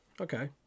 Okay